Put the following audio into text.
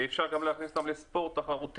אי אפשר גם להכניס אותם לספורט תחרותי.